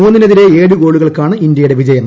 മൂന്നിനെതിരെ ഏഴ് ഗോളുകൾക്കാണ് ഇന്ത്യയുടെ വിജയം